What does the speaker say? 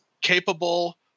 capable